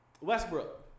Westbrook